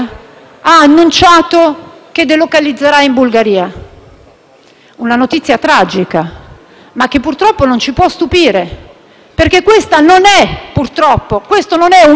una notizia tragica, ma che purtroppo non ci può stupire, perché purtroppo questo non è un Paese che abbia un atteggiamento